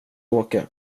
åka